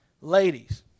Ladies